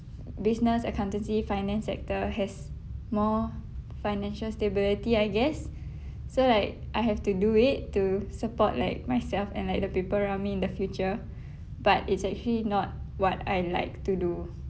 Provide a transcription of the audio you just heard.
business accountancy finance sector has more financial stability I guess so like I have to do it to support like myself and like the people around me in the future but it's actually not what I like to do